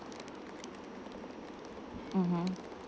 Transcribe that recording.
mmhmm